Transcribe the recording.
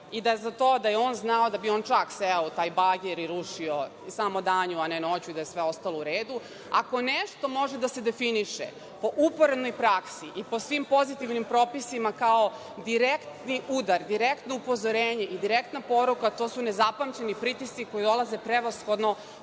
i da za to da je on znao, da bi on čak seo u taj bager i rušio samo danju, a ne noću, a da je sve ostalo u redu. Ako nešto može da se definiše o uporednoj praksi, po svim pozitivnim propisima kao direktni udar, kao direktno upozorenje i direktna poruka to su nezapamćeni pritisci koji dolaze prevashodno